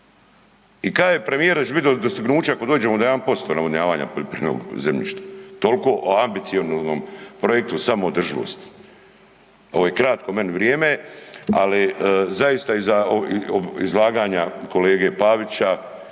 i kaže premijer da će biti dostignuće ako dođemo do 1% navodnjavanja poljoprivrednog zemljišta, toliko o ambicioznom projektu samoodrživosti. Ovo je kratko meni vrijeme, ali zaista i za izlaganja kolege Pavića,